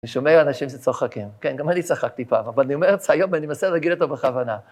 ‫אני שומע אנשים שצוחקים, ‫כן, גם אני צחקתי פעם, ‫אבל אני אומר את זה היום ‫ואני מנסה להגיד אותו בכוונה.